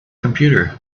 computer